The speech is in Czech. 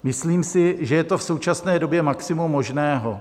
Myslím si, že je to v současné době maximum možného.